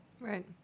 Right